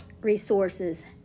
resources